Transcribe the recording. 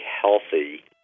healthy